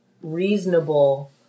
reasonable